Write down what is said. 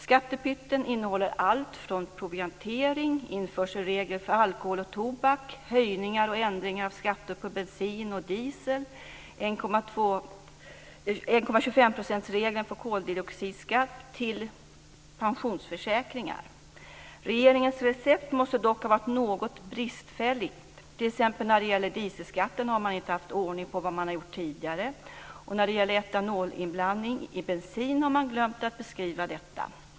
Skattepytten innehåller allt från proviantering, införselregler för alkohol och tobak, höjningar och ändringar av skatter på bensin och diesel, 1,25 %-regeln för koldioxidskatt till pensionsförsäkringar. Regeringens recept måste dock har varit något bristfälligt. När det t.ex. gäller dieselskatten har man inte haft ordning på vad man har gjort tidigare. När det gäller etanolinblandning i bensin har man glömt att beskriva detta.